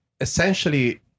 essentially